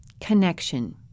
Connection